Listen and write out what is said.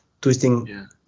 twisting